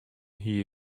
hie